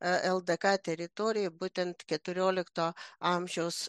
ldk teritorijoj būtent keturiolikto amžiaus